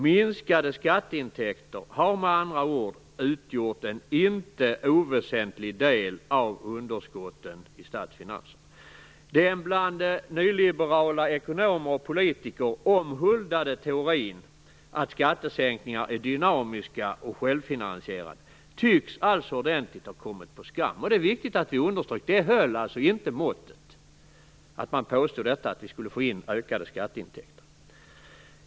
Minskade skatteintäkter har med andra ord utgjort en inte oväsentlig del av underskotten i statsfinanserna. Den bland nyliberala ekonomer och politiker omhuldade teorin att skattesänkningar är dynamiska och självfinansierande tycks alltså ordentligt ha kommit på skam, och det är viktigt att vi understryker detta: Det höll alltså inte måttet när man påstod att skatteintäkterna skulle öka.